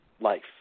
life